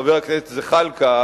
חבר הכנסת זחאלקה,